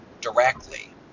directly